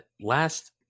Last